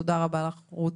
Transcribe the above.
תודה רבה לך, רות.